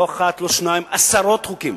לא אחד, לא שניים, עשרות חוקים.